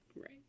right